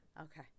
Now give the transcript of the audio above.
Okay